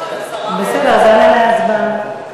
בסדר, זה יעלה להצבעה.